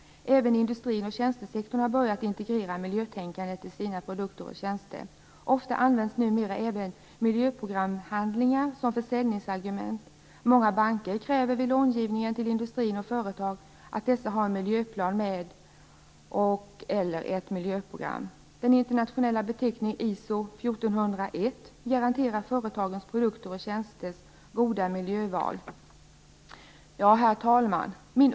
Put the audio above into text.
Även industrin och tjänstesektorn har börjat integrera miljötänkandet i sina produkter och tjänster. Ofta används numera miljöprogramhandlingar som försäljningsargument. Många banker kräver vid långivningen till industrin och företag att dessa har en miljöplan med och/eller ett miljöprogram. Den internationella beteckningen ISO 1401 garanterar företagens produkters och tjänsters goda miljöval. Herr talman!